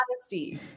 honesty